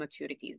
maturities